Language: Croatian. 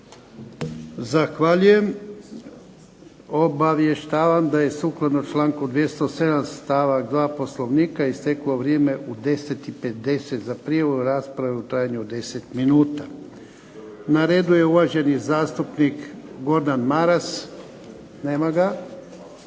Zahvaljujem. Obavještavam da je sukladno članku 207. stavak 2. Poslovnika isteklo vrijeme u 10 i 50 za prijavu rasprave u trajanju od 10 minuta. Na redu je uvaženi zastupnik Gordan Maras. Nema ga.